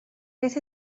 beth